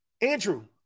Andrew